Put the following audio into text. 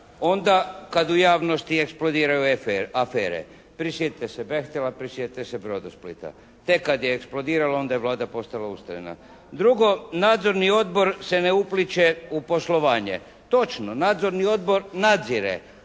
Onda kad u javnosti eksplodiraju afere. Prisjetite se «Bechtela», prisjetite se «Brodosplita». Tek kad je eksplodiralo onda je Vlada postala ustrajna. Drugo, Nadzorni odbor se ne upliće u poslovanje. Točno. Nadzorni odbor nadzire.